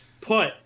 put